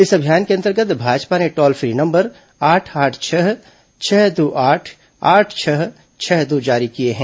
इस अभियान के अंतर्गत भाजपा ने टोल फ्री नम्बर आठ आठ छह छह दो आठ आठ छह छह दो जारी किए हैं